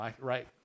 right